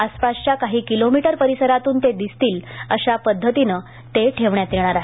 आसपासच्या काही किलोमीटर परिसरातून ते दिसतील अशा पद्धतीने ते ठेवण्यात येतील